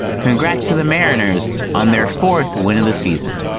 congrats to the mariners on their fourth win of the season.